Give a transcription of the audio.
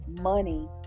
Money